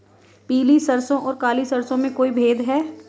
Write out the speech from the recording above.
पीली सरसों और काली सरसों में कोई भेद है?